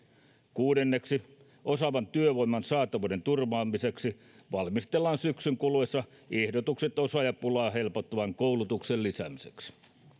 kuudenneksi osaavan työvoiman saatavuuden turvaamiseksi valmistellaan syksyn kuluessa ehdotukset osaajapulaa helpottavan koulutuksen lisäämiseksi